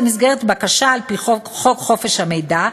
במסגרת בקשה על-פי חוק חופש המידע,